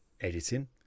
editing